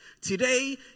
Today